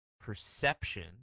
perception